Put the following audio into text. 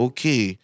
Okay